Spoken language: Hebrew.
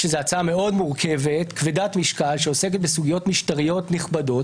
זאת הצעה מורכבת וכבדת משקל שעוסקת בסוגיות משטריות נכבדות